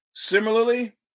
Similarly